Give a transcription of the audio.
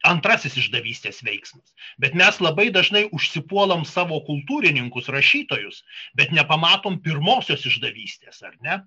antrasis išdavystės veiksmas bet mes labai dažnai užsipuolam savo kultūrininkus rašytojus bet nepamatom pirmosios išdavystės ar ne